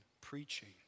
preaching